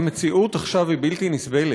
המציאות עכשיו היא בלתי נסבלת.